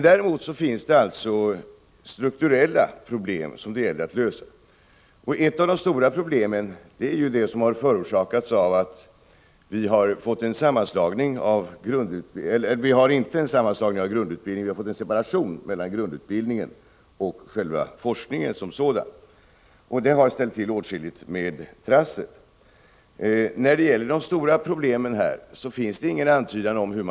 Däremot finns det på detta område strukturella problem som det gäller att lösa. Ett av de stora problemen är det som har förorsakats av att vi har fått en separation mellan grundutbildningen och forskningen som sådan. Detta har ställt till med åtskilligt trassel. Regeringen har inte givit någon antydan om hur man skall lösa den här typen av större problem.